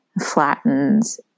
flattens